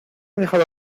dejado